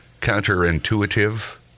counterintuitive